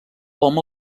hom